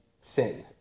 sin